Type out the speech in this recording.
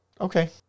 Okay